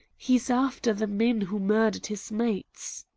he's after the men who murdered his mates.